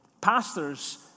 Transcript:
pastor's